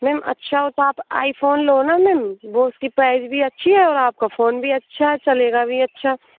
ma'am अच्छा हो तो आप आईफोन लो ना मैम वो उसकी प्राइस भी अच्छी है और आपका फोन भी अच्छा चलेगा भी अच्छा